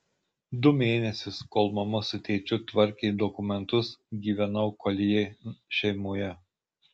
du mėnesius kol mama su tėčiu tvarkė dokumentus gyvenau koljė šeimoje